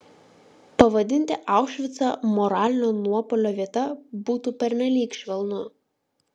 pavadinti aušvicą moralinio nuopuolio vieta būtų pernelyg švelnu